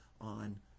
on